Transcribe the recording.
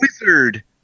wizard